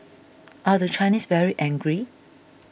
are the Chinese very angry